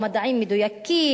או מדעים מדויקים,